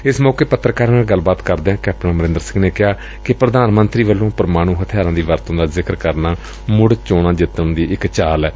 ਏਸ ਮੌਕੇ ਪੱਤਰਕਾਰਾ ਨਾਲ ਗੱਲਬਾਤ ਕਰਦਿਆਂ ਕੈਪਟਨ ਅਮਰਿੰਦਰ ਸਿੰਘ ਨੇ ਕਿਹਾ ਕਿ ਪ੍ਰਧਾਨ ਮੰਤਰੀ ਵੱਲੋਂ ਪ੍ਰਮਾਣ ਹਥਿਆਰਾਂ ਦੀ ਵਰਤੋਂ ਦਾ ਜ਼ਿਕਰ ਕਰਨਾ ਮੁੜ ਚੋਣਾਂ ਜਿੱਤਣ ਦੀ ਇਕ ਚਾਲ ਏ